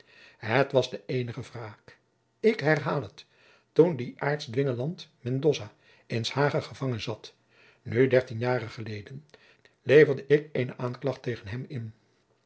het was de eenige wraak ik herhaal het toen die aartsdwingeland mendoza in s hage gevangen zat nu dertien jaren geleden leverde ik eene aanklacht tegen hem in